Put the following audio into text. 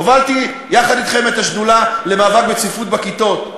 הובלתי יחד אתכם את השדולה למאבק בצפיפות בכיתות.